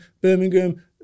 Birmingham